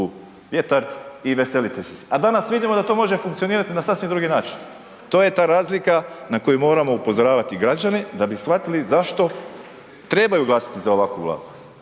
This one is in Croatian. u vjetar i veselite se. A danas vidimo da to može funkcionirati na sasvim drugi način. To je ta razlika na koju moramo upozoravati građane da bi shvatili zašto trebaju glasati za ovakvu Vladu.